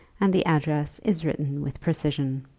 and the address is written with precision.